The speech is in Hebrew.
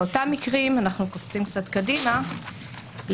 באותם מקרים אנחנו קופצים קצת קדימה לסעיפים